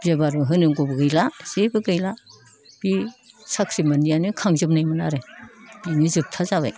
बिया बारु होनांगौबो गैला जेबो गैला बे साख्रि मोनैयानो खांजोबनायमोन आरो बिनो जोबथा जाबाय